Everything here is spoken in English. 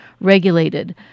regulated